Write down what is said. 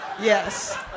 Yes